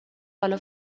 حالا